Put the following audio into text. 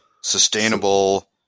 sustainable